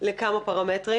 לכמה פרמטרים.